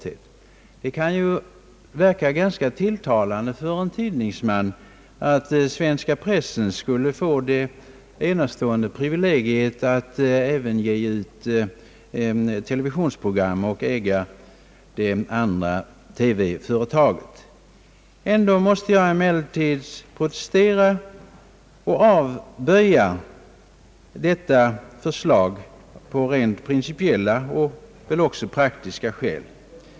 Det kan för en tidningsman verka ganska tilltalande att den svenska pressen skulle få det enastående privilegiet att även sända ett televisionsprogram och äga det andra TV-företaget. Ändå måste jag protestera och avböja detta förslag, på rent principiella och väl också praktiska skäl.